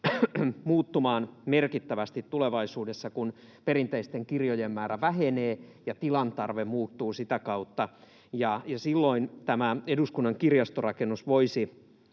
muuttumaan merkittävästi tulevaisuudessa, kun perinteisten kirjojen määrä vähenee ja tilan tarve muuttuu sitä kautta, ja silloin tämä eduskunnan kirjastorakennus voisi